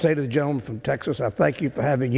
say to the gentleman from texas i thank you for having